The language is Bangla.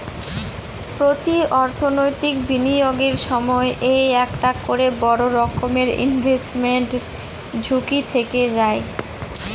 প্রতি অর্থনৈতিক বিনিয়োগের সময় এই একটা করে বড়ো রকমের ইনভেস্টমেন্ট ঝুঁকি থেকে যায়